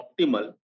optimal